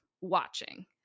watching